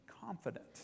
confident